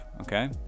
okay